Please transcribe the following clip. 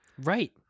right